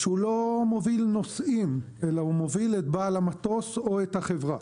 שהוא לא מוביל נוסעים אלא הוא מוביל את בעל המטוס או את החברה.